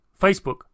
Facebook